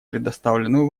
предоставленную